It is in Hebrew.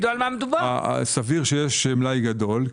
סביר שיש מלאי גדול.